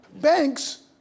Banks